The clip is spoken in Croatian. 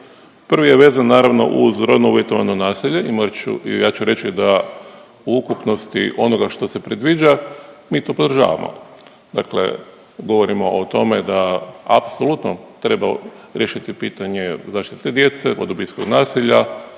Prvi je vezan naravno uz rodno uvjetovano nasilje i ja ću reći da u ukupnosti onoga što se predviđa mi to podražavamo. Dakle, govorimo o tome da apsolutno treba riješiti pitanje zaštite djece od obiteljskog nasilja,